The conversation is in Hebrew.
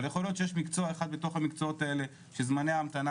אבל יכול להיות שיש מקצוע אחד בתוך המקצועות האלה שזמני ההמתנה